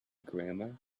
grammar